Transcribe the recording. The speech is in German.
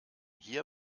hier